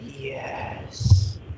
yes